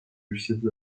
received